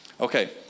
Okay